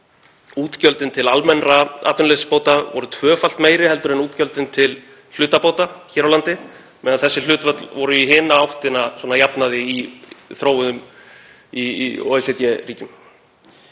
útgjöld til almennra atvinnuleysisbóta voru tvöfalt meiri en útgjöldin til hlutabóta hér á landi á meðan þessi hlutföll voru í hina áttina að jafnaði í þróuðum OECD-ríkjum.